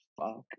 Fuck